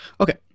Okay